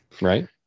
Right